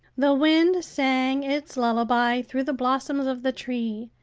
the wind sang its lullaby through the blossoms of the tree,